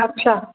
अच्छा